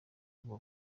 kuva